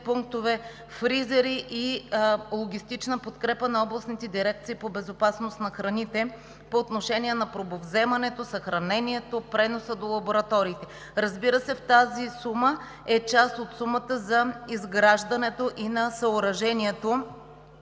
пунктове, фризери и логистична подкрепа на областните дирекции по безопасност на храните по отношение на пробовземането, съхранението, преноса до лабораториите. Разбира се, в тази сума е и част от сумата за изграждането и на преградното